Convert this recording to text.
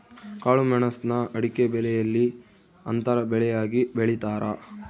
ಕಾಳುಮೆಣುಸ್ನ ಅಡಿಕೆಬೆಲೆಯಲ್ಲಿ ಅಂತರ ಬೆಳೆಯಾಗಿ ಬೆಳೀತಾರ